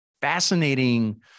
fascinating